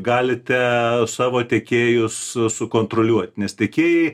galite savo tiekėjus sukontroliuot nes tiekėjai